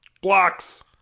blocks